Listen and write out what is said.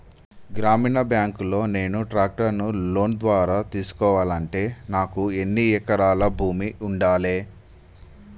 గ్రామీణ బ్యాంక్ లో నేను ట్రాక్టర్ను లోన్ ద్వారా తీసుకోవాలంటే నాకు ఎన్ని ఎకరాల భూమి ఉండాలే?